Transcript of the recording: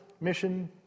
mission